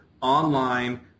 online